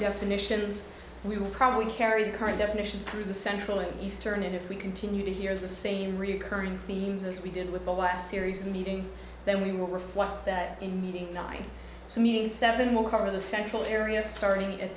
definitions we will probably carry the current definitions through the central and eastern end if we continue to hear the same recurring themes as we did with the last series of meetings then we will reflect that in meeting ninety seven will cover the central area starting at